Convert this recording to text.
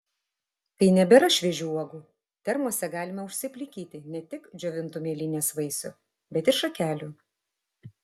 kai nebėra šviežių uogų termose galima užsiplikyti ne tik džiovintų mėlynės vaisių bet ir šakelių